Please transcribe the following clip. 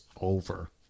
over